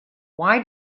why